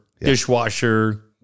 dishwasher